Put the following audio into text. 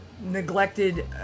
neglected